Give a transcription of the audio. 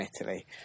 Italy